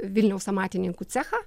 vilniaus amatininkų cechą